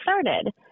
started